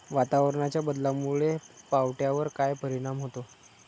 वातावरणाच्या बदलामुळे पावट्यावर काय परिणाम होतो?